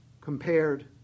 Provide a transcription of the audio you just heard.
compared